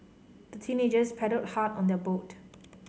the teenagers paddled hard on their boat